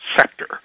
sector